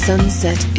Sunset